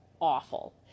awful